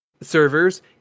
servers